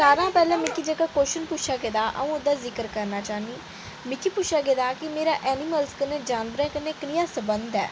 सारें शा पैह्लैं मिगी जेह्का कोशन पुछेआ अऊं ओह्दा ज़िक्र करना चाह्न्नीं मिगी पुच्छेआ गेदा मेरा एनिमल कन्नै जानवरें कन्नै कनेहा सम्बंध ऐ